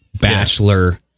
bachelor